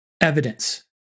evidence